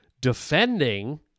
defending